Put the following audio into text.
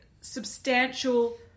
substantial